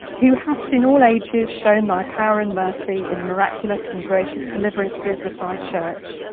who hast in all ages shown thy power and mercy in the miraculous and gracious deliverances of thy church,